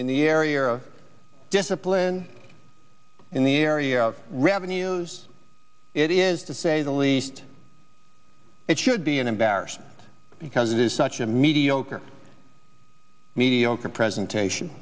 in the area of discipline in the area of revenues it is to say the least it should be an embarrassment because it is such a mediocre mediocre presentation